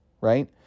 right